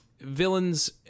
villains